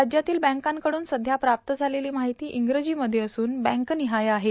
राज्यातील बँकांकडून सध्या प्राप्त झालेली माहिती इंग्रजीमध्ये असून बँकनिहाय आहे